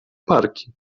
parki